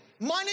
Money